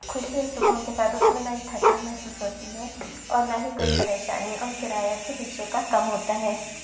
خوشی و سکون کے ساتھ اُس میں نہ ہی تھکان محسوس ہوتی ہے اور نہ ہی کوئی پریشانی اور کرایہ بھی رکشے کا کم ہوتا ہے